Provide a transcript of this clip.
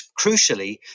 crucially